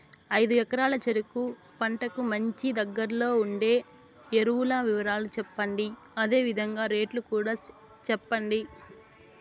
ఐదు ఎకరాల చెరుకు పంటకు మంచి, దగ్గర్లో ఉండే ఎరువుల వివరాలు చెప్పండి? అదే విధంగా రేట్లు కూడా చెప్పండి?